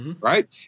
Right